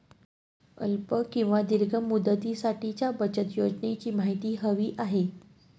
अल्प किंवा दीर्घ मुदतीसाठीच्या बचत योजनेची माहिती हवी आहे